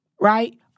Right